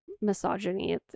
misogyny